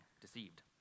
deceived